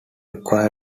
require